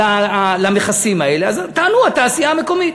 למכסים האלה, אז טענו: התעשייה המקומית.